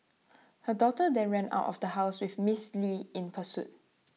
her daughter then ran out of house with miss li in pursuit